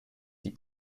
die